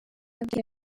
abwira